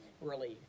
relief